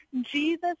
Jesus